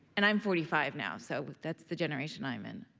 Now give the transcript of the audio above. and i'm forty five now. so that's the generation i'm in.